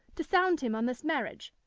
to sound him on this marriage,